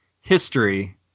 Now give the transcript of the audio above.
history